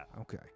Okay